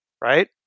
Right